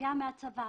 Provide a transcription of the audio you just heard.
גם מהצבא,